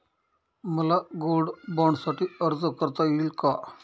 मला गोल्ड बाँडसाठी अर्ज करता येईल का?